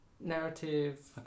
Narrative